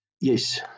Yes